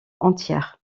entière